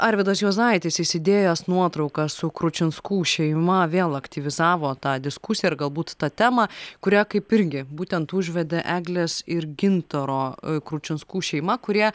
arvydas juozaitis įsidėjęs nuotrauką su kručinskų šeima vėl aktyvizavo tą diskusiją ir galbūt tą temą kuria kaip irgi būtent užvedė eglės ir gintaro kručinskų šeima kurie